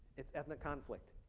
it's ethnic conflict.